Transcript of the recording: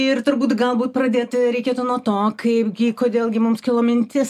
ir turbūt galbūt pradėti reikėtų nuo to kaipgi kodėl gi mums kilo mintis